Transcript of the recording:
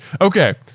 Okay